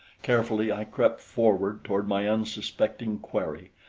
carefully i crept forward toward my unsuspecting quarry,